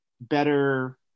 better